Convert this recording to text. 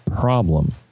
problem